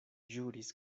ĵuris